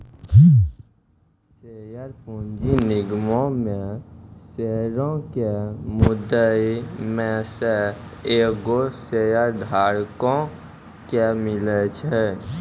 share पूंजी निगमो मे शेयरो के मुद्दइ मे से एगो शेयरधारको के मिले छै